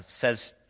says